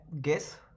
guess